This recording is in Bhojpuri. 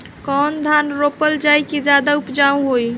कौन धान रोपल जाई कि ज्यादा उपजाव होई?